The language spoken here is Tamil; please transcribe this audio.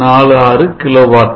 46 KW கிலோவாட்